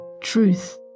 truth